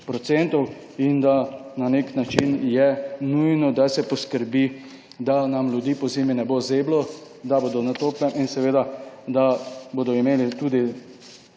in da na nek način je nujno, da se poskrbi, da nam ljudi pozimi ne bo zeblo, da bodo na toplem in seveda, da bodo imeli tudi